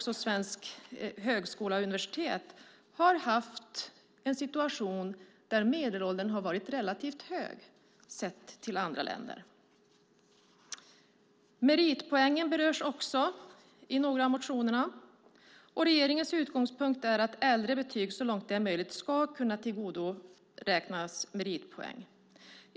Svensk högskola har ju haft en situation där medelåldern har varit relativt hög i förhållande till andra länder. Meritpoängen berörs också i några av motionerna. Regeringens ambition är att äldre betyg så långt det är möjligt ska kunna tillgodoräknas meritpoäng.